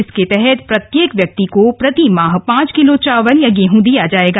इसके तहत प्रत्येक व्यक्ति को प्रति माह पांच किलो चावल या गेह दिया जाएगा